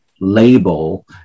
label